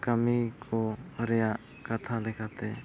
ᱠᱟᱹᱢᱤ ᱠᱚ ᱨᱮᱭᱟᱜ ᱠᱟᱛᱷᱟ ᱞᱮᱠᱟᱛᱮ